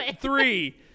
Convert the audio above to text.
Three